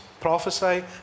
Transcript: prophesy